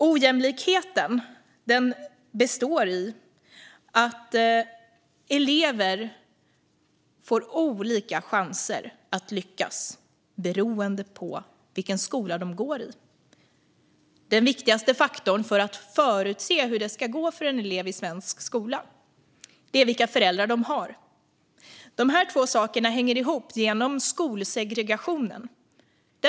Ojämlikheten består i att elever får olika chanser att lyckas beroende på vilken skola de går i och att den viktigaste faktorn för att förutse hur det ska gå för en elev i svensk skola är vilka föräldrar eleven har. De här två sakerna hänger ihop genom skolsegregationen.